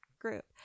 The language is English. group